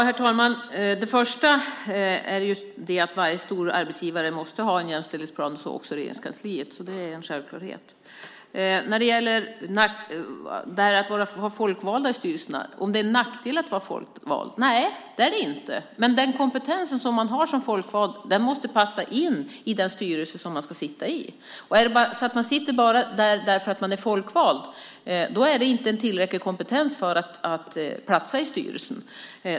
Herr talman! Först och främst måste varje stor arbetsgivare ha en jämställdhetsplan - så också Regeringskansliet. Det är en självklarhet. När det gäller det här med att ha folkvalda i styrelserna och om det är en nackdel att vara folkvald kan jag säga: Nej, det är det inte. Men den kompetens som man har som folkvald måste passa in i den styrelse som man ska sitta i. Om man sitter där bara för att man är folkvald så är inte det en tillräcklig kompetens för att man ska platsa i styrelsen.